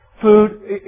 food